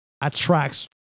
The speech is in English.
attracts